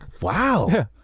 Wow